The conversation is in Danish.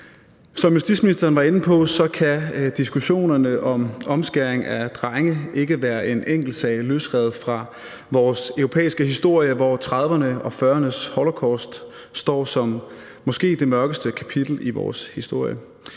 Som justitsministeren var inde på, kan diskussionen om omskæring af drenge ikke være en enkeltsag løsrevet fra vores europæiske historie, hvor 1930'ernes og 1940'ernes holocaust står som det måske mørkeste kapitel i vores historie.